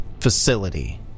...facility